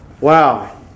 Wow